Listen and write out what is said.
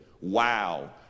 wow